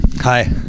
Hi